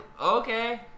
okay